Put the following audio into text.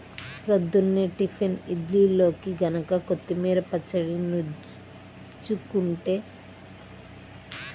పొద్దున్నే టిఫిన్ ఇడ్లీల్లోకి గనక కొత్తిమీర పచ్చడి నన్జుకుంటే చానా బాగుంటది